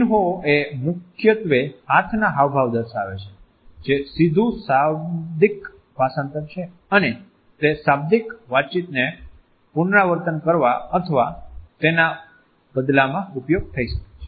ચિન્હો એ મુખ્યત્વે હાથના હાવભાવ દર્શાવે છે જે સીધું શાબ્દિક ભાષાંતર છે અને તે શાબ્દિક વાતચીતને પુનરાવર્તન કરવા અથવા તેના બદલામાં ઉપયોગ થઈ શકે છે